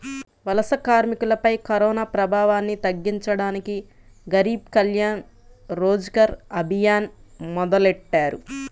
వలస కార్మికులపై కరోనాప్రభావాన్ని తగ్గించడానికి గరీబ్ కళ్యాణ్ రోజ్గర్ అభియాన్ మొదలెట్టారు